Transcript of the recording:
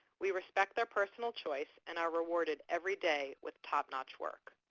we respect their personal choice and are rewarded every day with top-notch work.